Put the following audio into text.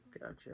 Gotcha